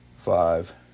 five